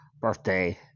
birthday